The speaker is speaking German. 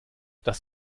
das